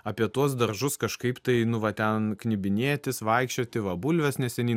apie tuos daržus kažkaip tai nu va ten knibinėtis vaikščioti va bulves neseniai